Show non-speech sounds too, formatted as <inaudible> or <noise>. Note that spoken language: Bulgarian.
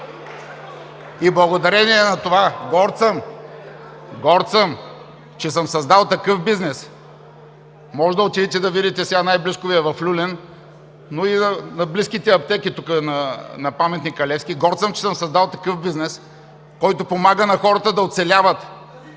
И благодарение на това… <noise> Горд съм, горд съм, че съм създал такъв бизнес. Можете да отидете да видите сега, най-близко Ви е в „Люлин“, но и на близките аптеки, тук на Паметника Левски – горд съм, че съм създал такъв бизнес, който помага на хората да оцеляват,